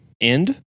end